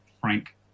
frank